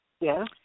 Yes